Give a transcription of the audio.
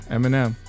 Eminem